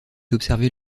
observer